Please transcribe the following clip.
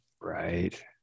Right